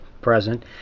present